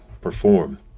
perform